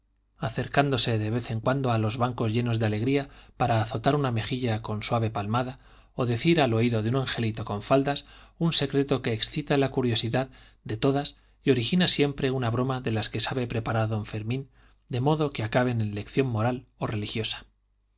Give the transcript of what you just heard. acercándose de vez en cuando a los bancos llenos de alegría para azotar una mejilla con suave palmada o decir al oído de un angelito con faldas un secreto que excita la curiosidad de todas y origina siempre una broma de las que sabe preparar don fermín de modo que acaben en lección moral o religiosa